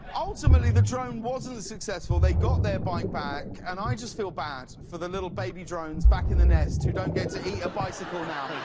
ultimately the drone wasn't successful. they got their bike back. and i just feel bad for the little baby drones back in the nest who don't get to eat a bicycle now.